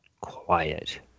quiet